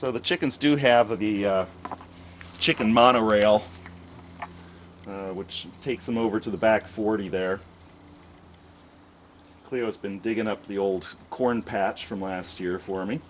so the chickens do have of the chicken monorail which takes them over to the back forty there clear has been digging up the old corn patch from last year for me